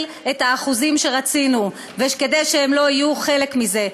את האחוזים שרצינו וכדי שהם לא יהיו חלק מזה.